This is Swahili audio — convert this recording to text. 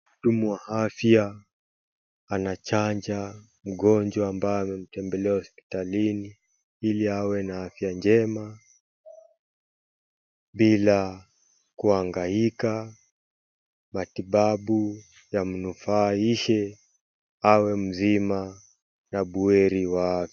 Muhudumu wa afya anachanja mgonjwa ambaye amemtembelea hosipitalini hili awe na afya njema bila kuangaika matibabu yamnufaishe awe mzima na buheri wa afya.